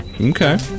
Okay